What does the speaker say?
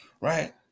right